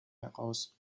heraus